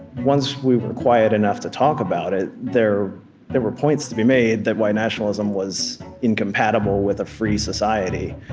once we were quiet enough to talk about it, there there were points to be made that white nationalism was incompatible with a free society.